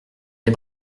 les